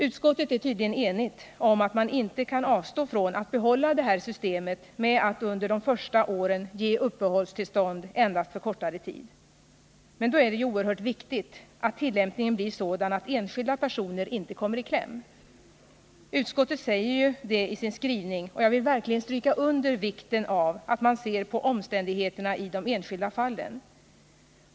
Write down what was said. Utskottet är tydligen enigt om att man inte kan avstå från att behålla det ånd endast för en här systemet med att under de första åren ge uppehållstill kortare tid. Men då är det ju oerhört viktigt att tillämpningen blir sådan att enskilda personer inte kommer i kläm. Utskottet säger detta i sin skrivning, och jag vill verkligen stryka under vikten av att man ser på omständigheterna i de enskilda fallen.